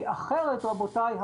כי אחרת רבותיי,